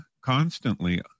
constantly